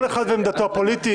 כל אחד ועמדתו הפוליטית.